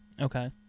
Okay